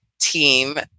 team